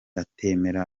atemera